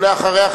ואחריה,